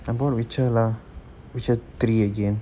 I bought witcher lah witcher three again